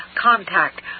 contact